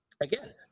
again